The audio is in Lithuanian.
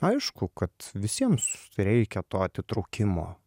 aišku kad visiems reikia to atitrūkimo